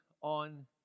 on